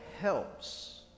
helps